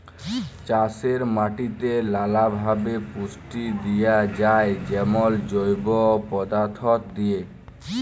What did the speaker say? চাষের মাটিতে লালাভাবে পুষ্টি দিঁয়া যায় যেমল জৈব পদাথ্থ দিঁয়ে